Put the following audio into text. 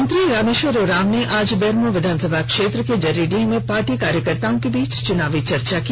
मंत्री रामेश्वर उरांव ने आज बेरमो विधानसभा क्षेत्र के जरीडीह में पार्टी कार्यकर्ताओं के बीच चुनावी चर्चा की